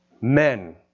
men